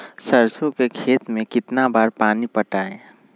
सरसों के खेत मे कितना बार पानी पटाये?